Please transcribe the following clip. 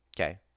Okay